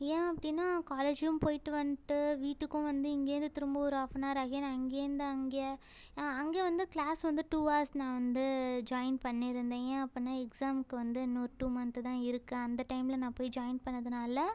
ஏன் அப்படின்னா காலேஜும் போயிட்டு வந்துவிட்டு வீட்டுக்கும் வந்து இங்கேயிருந்து திரும்ப ஒரு அன் ஆர் அகைன் அங்கேருந்து அங்கே நான் அங்கே வந்து கிளாஸ் வந்து டூ ஹவர்ஸ் நான் வந்து ஜாயின் பண்ணியிருந்தேன் ஏன் அப்புடின்னா எக்ஸாமுக்கு வந்து இன்னும் ஒரு டூ மந்த்து தான் இருக்குது அந்த டைமில் நான் போய் ஜாயின் பண்ணதுனால்